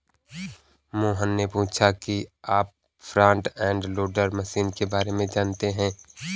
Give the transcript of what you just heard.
मोहन ने पूछा कि क्या आप फ्रंट एंड लोडर मशीन के बारे में जानते हैं?